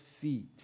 feet